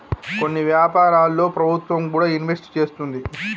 కొన్ని వ్యాపారాల్లో ప్రభుత్వం కూడా ఇన్వెస్ట్ చేస్తుంది